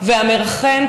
והמרחם,